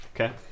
Okay